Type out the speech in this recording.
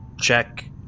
check